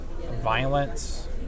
violence